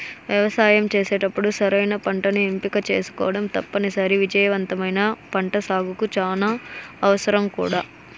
వ్యవసాయం చేసేటప్పుడు సరైన పంటను ఎంపిక చేసుకోవటం తప్పనిసరి, విజయవంతమైన పంటసాగుకు చానా అవసరం కూడా